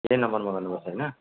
यही नम्बरमा गर्नुपर्छ होइन